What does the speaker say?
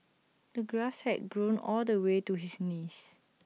the grass had grown all the way to his knees